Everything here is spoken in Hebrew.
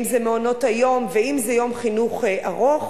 אם מעונות היום ואם יום חינוך ארוך.